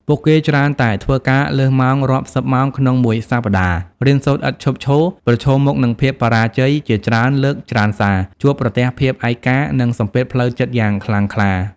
ពួកគេច្រើនតែធ្វើការលើសម៉ោងរាប់សិបម៉ោងក្នុងមួយសប្តាហ៍ រៀនសូត្រឥតឈប់ឈរ ប្រឈមមុខនឹងភាពបរាជ័យជាច្រើនលើកច្រើនសារ ជួបប្រទះភាពឯកា និងសម្ពាធផ្លូវចិត្តយ៉ាងខ្លាំងក្លា។